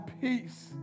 peace